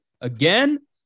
Again